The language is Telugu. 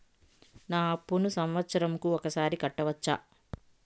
నా అప్పును సంవత్సరంకు ఒకసారి కట్టవచ్చా?